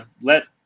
Let